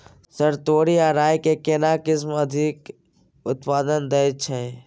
Sir तोरी आ राई के केना किस्म अधिक उत्पादन दैय छैय?